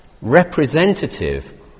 representative